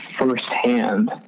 firsthand